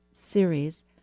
series